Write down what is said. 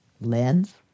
lens